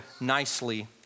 nicely